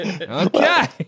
Okay